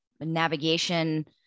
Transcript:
navigation